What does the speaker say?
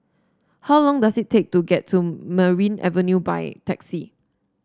how long does it take to get to Merryn Avenue by taxi